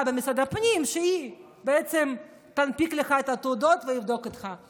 במשרד הפנים שתנפיק לך את התעודות ותבדוק אותך.